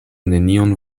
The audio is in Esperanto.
neniun